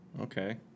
Okay